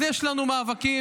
אז יש לנו מאבקים,